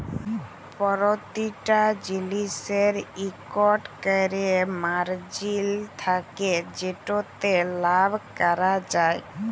পরতিটা জিলিসের ইকট ক্যরে মারজিল থ্যাকে যেটতে লাভ ক্যরা যায়